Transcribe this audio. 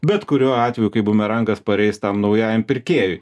bet kuriuo atveju kaip bumerangas pareis tam naujajam pirkėjui